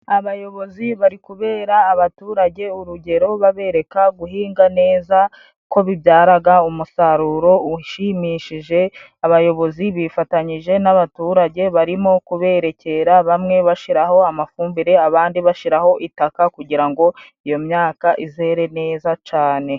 Abayobozi bari kubera abaturage urugero，babereka guhinga neza ko bibyaraga umusaruro ushimishije，abayobozi bifatanyije n'abaturage barimo kubererekera，bamwe bashiraho amafumbire， abandi bashiraho itaka，kugira ngo iyo myaka， izere neza cane.